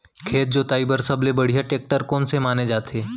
खेत जोताई बर सबले बढ़िया टेकटर कोन से माने जाथे?